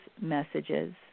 messages